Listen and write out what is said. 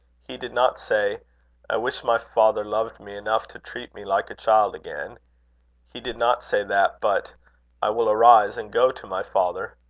he did not say i wish my father loved me enough to treat me like a child again he did not say that, but i will arise and go to my father.